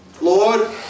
Lord